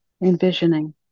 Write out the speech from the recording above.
envisioning